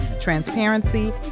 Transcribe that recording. transparency